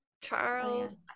Charles